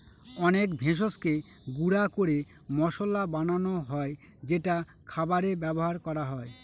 অনেক ভেষজকে গুঁড়া করে মসলা বানানো হয় যেটা খাবারে ব্যবহার করা হয়